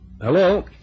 Hello